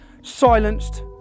Silenced